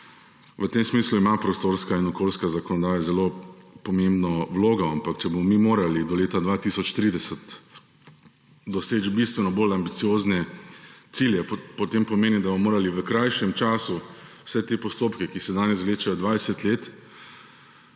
v tem smislu ima prostorska in okoljska zakonodaja zelo pomembno vlogo. Ampak če bomo mi morali do leta 2030 doseči bistveno bolj ambiciozne cilje, potem pomeni, da bomo morali v krajšem času vse te postopke, ki se danes vlečejo 20 let,